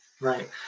Right